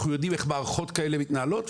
אנחנו יודעים איך מערכות כאלה מתנהלות.